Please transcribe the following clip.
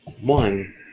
one